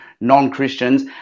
non-Christians